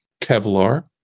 Kevlar